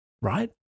right